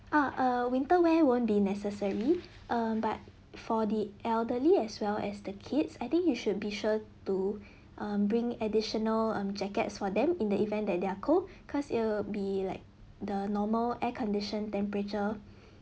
uh a winter wear won't be necessary err but for the elderly as well as the kids I think you should be sure to um bring additional um jackets for them in the event that they are cold cause it'll be like the normal air conditioned temperature